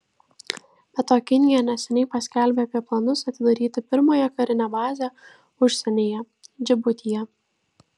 be to kinija neseniai paskelbė apie planus atidaryti pirmąją karinę bazę užsienyje džibutyje